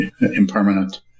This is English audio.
impermanent